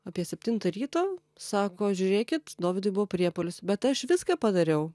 apie septintą ryto sako žiūrėkit dovydui buvo priepuolis bet aš viską padariau